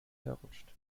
verrutscht